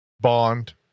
Bond